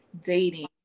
dating